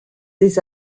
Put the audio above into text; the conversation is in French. des